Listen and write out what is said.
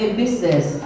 business